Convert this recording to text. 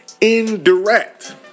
Indirect